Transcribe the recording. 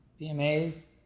VMAs